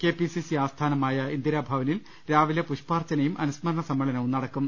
K P CC ആസ്ഥാനമായ ഇന്ദിരാഭവനിൽ രാവിലെ പുഷ്പാർച്ചനയും അനുസ്മ രണ സമ്മേളനവും നടക്കും